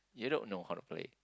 you don't know how to play